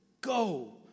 Go